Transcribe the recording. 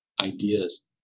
ideas